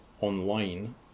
online